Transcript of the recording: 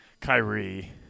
Kyrie